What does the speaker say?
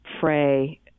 fray